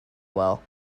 well